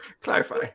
clarify